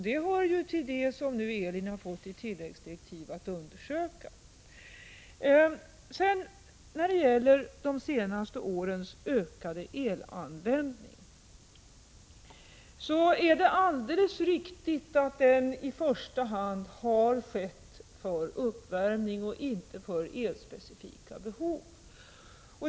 Det hör till det som ELIN har fått i tilläggsdirektiv att undersöka. När det sedan gäller de senaste årens ökade elanvändning är det alldeles riktigt att den i första hand har skett för uppvärmning och inte för elspecifika behov.